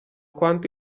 quanto